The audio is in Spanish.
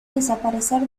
desaparecer